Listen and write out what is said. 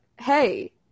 hey